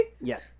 yes